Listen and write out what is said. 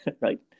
Right